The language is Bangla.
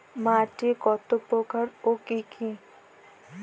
মাটি কতপ্রকার ও কি কী?